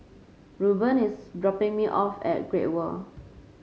Rueben is dropping me off at Great World